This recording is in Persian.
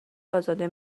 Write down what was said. ازاده